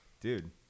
Dude